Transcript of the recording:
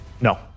No